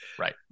Right